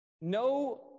no